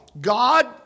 God